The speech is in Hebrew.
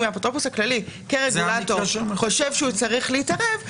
האפוטרופוס הכללי כרגולטור חושב שהוא צריך להתערב,